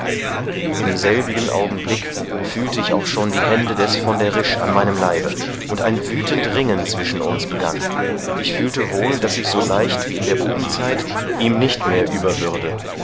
im selbigen augenblick fühlte ich auch schon die hände des von der risch an meinem leibe und ein wüthend ringen zwischen uns begann ich fühlte wohl daß ich so leicht wie in der bubenzeit ihm nicht mehr über würde